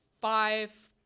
five